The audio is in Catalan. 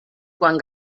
quan